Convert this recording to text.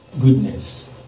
goodness